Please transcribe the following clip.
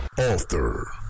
author